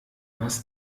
was